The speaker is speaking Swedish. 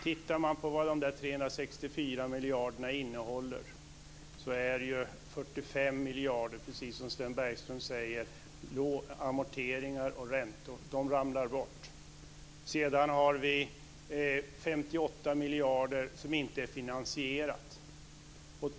Tittar man på vad dessa 364 miljarder innehåller kan man se att 45 miljarder, precis som Sven Bergström säger, är amorteringar och räntor. De ramlar bort. Sedan har vi 58 miljarder som inte är finansierade.